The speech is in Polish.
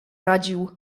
radził